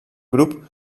grup